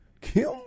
Kim